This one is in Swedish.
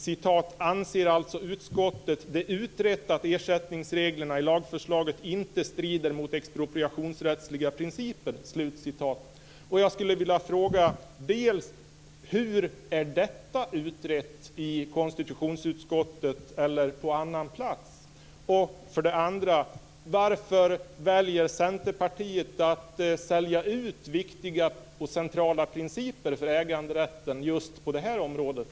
Där "anser alltså utskottet det utrett att ersättningsreglerna i lagförslaget inte strider mot expropriationsrättsliga principer". Hur är detta utrett i konstitutionsutskottet, eller på annan plats? Varför väljer Centerpartiet att "sälja ut" för äganderätten viktiga och centrala principer just på det här området?